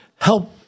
help